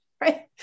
Right